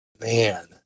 Man